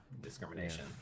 discrimination